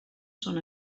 són